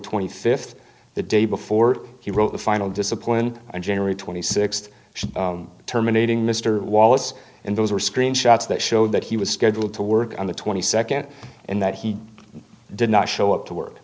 twenty fifth the day before he wrote the final discipline and generally twenty six terminating mr wallace and those were screen shots that show that he was scheduled to work on the twenty second and that he did not show up to work